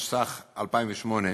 התשס”ח 2008,